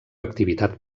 activitat